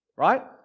right